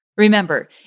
Remember